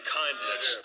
kindness